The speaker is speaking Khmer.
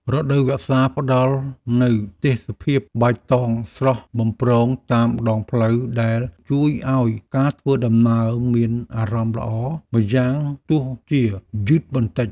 រដូវវស្សាផ្តល់នូវទេសភាពបៃតងស្រស់បំព្រងតាមដងផ្លូវដែលជួយឱ្យការធ្វើដំណើរមានអារម្មណ៍ល្អម្យ៉ាងទោះជាយឺតបន្តិច។